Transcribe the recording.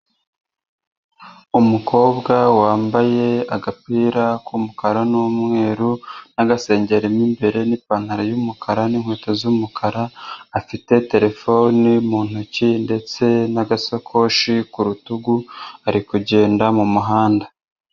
Umukobwa wambaye: agapira k'umukara n'umweru n'agasengeri mo imbere n'ipantaro y'umukara n'inkweto z'umukara. Afite telefone mu ntoki ndetse n'agasakoshi ku rutugu ari kugenda mu muhanda.